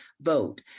vote